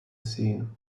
scene